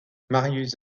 marius